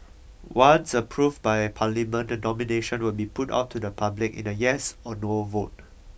once approved by parliament the nomination will be put on to the public in a yes or no a vote